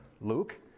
Luke